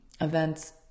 events